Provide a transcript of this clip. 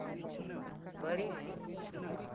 ᱵᱟᱹᱲᱤᱡ